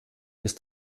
ist